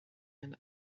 and